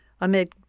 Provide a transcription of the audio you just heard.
amid